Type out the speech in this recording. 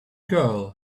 girl